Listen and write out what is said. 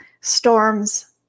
storms